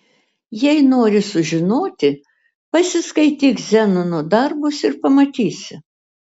jei nori sužinoti pasiskaityk zenono darbus ir pamatysi